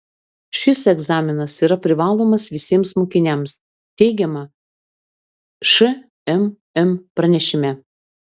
šis egzaminas yra privalomas visiems mokiniams teigiame šmm pranešime